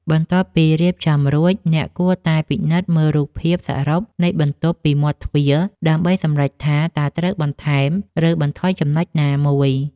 បន្ទាប់ពីរៀបចំរួច អ្នកគួរតែពិនិត្យមើលរូបភាពសរុបនៃបន្ទប់ពីមាត់ទ្វារ ដើម្បីសម្រេចថាតើត្រូវបន្ថែម ឬបន្ថយចំណុចណាមួយ។